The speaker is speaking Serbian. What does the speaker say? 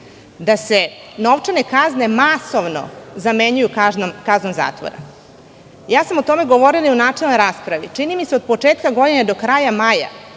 da se novčane kazne masovno zamenjuju kaznom zatvora. Ja sam o tome govorila i u načelnoj raspravi. Čini mi se od početka godine do kraja maja,